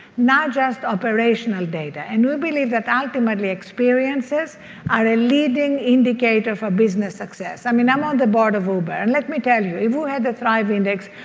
not just operational data. and we believe that ultimately experiences are a leading indicator for business success. i mean i'm on the board of uber and let me tell you, if we had the thrive index,